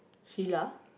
Sheila